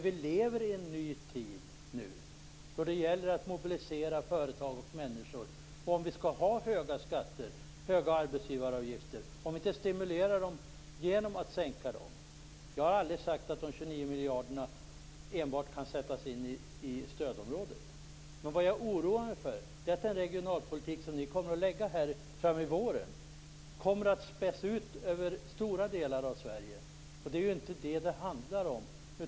Vi lever i en ny tid nu, då det gäller att mobilisera företag och människor. Skall vi ha höga skatter och höga arbetsgivaravgifter? Vi kan stimulera företagen och människorna genom att sänka skatterna och arbetsgivaravgifterna. Jag har aldrig sagt att de 29 miljarderna enbart skall sättas in i stödområdet. Det jag oroar mig för är att den regionalpolitik som ni kommer att lägga fram förslag om till våren kommer att innebära att pengarna späds ut över stora delar av Sverige. Det är inte det som det handlar om.